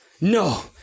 No